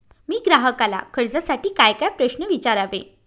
मी ग्राहकाला कर्जासाठी कायकाय प्रश्न विचारावे?